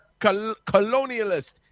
colonialist